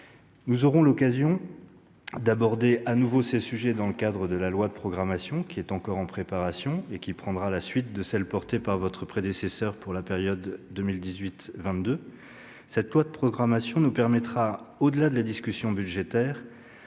Nous aurons l'occasion d'aborder de nouveau ces sujets dans le cadre du projet de loi de programmation qui est encore en préparation et qui prendra la suite de la loi portée par votre prédécesseur pour la période 2018-2022. Ce texte nous permettra, au-delà de la discussion budgétaire